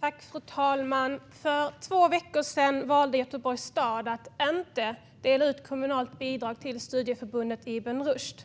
Fru talman! För två veckor sedan valde Göteborgs stad att inte dela ut kommunalt bidrag till studieförbundet Ibn Rushd.